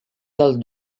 del